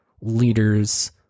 leaders